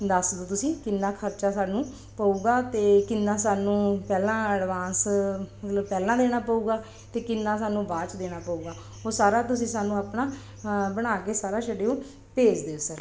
ਦੱਸ ਦਿਓ ਤੁਸੀਂ ਕਿੰਨਾ ਖਰਚਾ ਸਾਨੂੰ ਪਵੇਗਾ ਅਤੇ ਕਿੰਨਾ ਸਾਨੂੰ ਪਹਿਲਾਂ ਐਡਵਾਂਸ ਮਤਲਬ ਪਹਿਲਾਂ ਦੇਣਾ ਪਵੇਗਾ ਅਤੇ ਕਿੰਨਾ ਸਾਨੂੰ ਬਾਅਦ 'ਚ ਦੇਣਾ ਪਵੇਗਾ ਉਹ ਸਾਰਾ ਤੁਸੀਂ ਸਾਨੂੰ ਆਪਣਾ ਬਣਾ ਕੇ ਸਾਰਾ ਸ਼ਡਿਊਲ ਭੇਜ ਦਿਓ ਸਰ